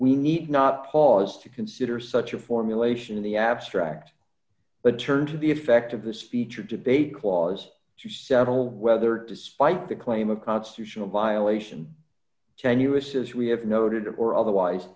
we need not pause to consider such a formulation in the abstract but turn to the effect of this feature debate clause to settle whether despite the claim of constitutional violation tenuous as we have noted or otherwise